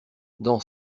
dans